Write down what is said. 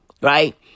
right